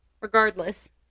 regardless